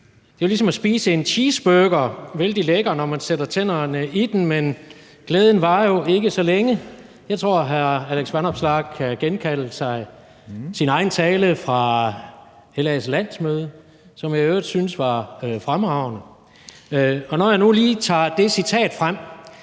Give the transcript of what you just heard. Det er jo ligesom at spise en cheeseburger; den er vældig lækker, når man sætter tænderne i den, men glæden varer ikke så længe. Jeg tror, hr. Alex Vanopslagh kan genkalde sig sin egen tale fra LA's landsmøde, som jeg i øvrigt syntes var fremragende, og når jeg nu lige tager det citat frem,